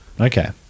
okay